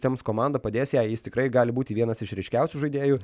temps komandą padės jai jis tikrai gali būti vienas iš ryškiausių žaidėjų